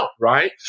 right